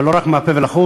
אבל לא רק מהפה ולחוץ,